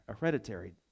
hereditary